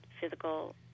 physical